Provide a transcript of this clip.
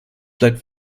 bleibt